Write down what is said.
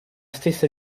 stessa